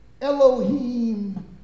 Elohim